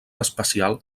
especial